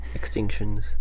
Extinctions